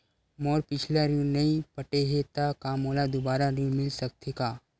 मोर पिछला ऋण नइ पटे हे त का मोला दुबारा ऋण मिल सकथे का?